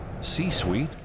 C-suite